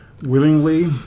willingly